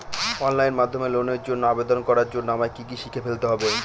Online মাধ্যমে লোনের জন্য আবেদন করার জন্য আমায় কি কি শিখে ফেলতে হবে?